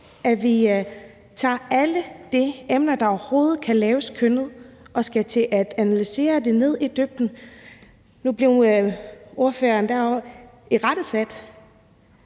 at vi tager alle de emner, der overhovedet kan opfattes som kønnet, og så analyserer dem i dybden. Nu blev ordføreren derovre irettesat